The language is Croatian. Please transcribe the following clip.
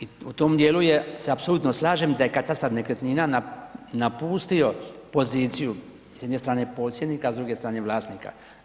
I u tom dijelu se apsolutno slažem da je katastar nekretnina napustio poziciju, s jedne strane posjednika, a s druge strane vlasnika.